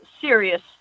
serious